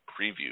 preview